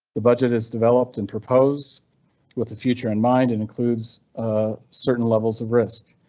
the budget is developed and proposed with the future in mind, and includes certain levels of risk.